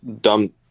dumb